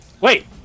Wait